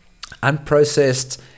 unprocessed